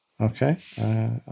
Okay